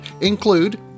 include